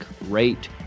rate